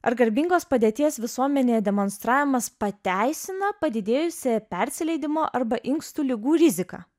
ar garbingos padėties visuomenėje demonstravimas pateisina padidėjusią persileidimo arba inkstų ligų riziką